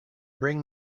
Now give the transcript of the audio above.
bring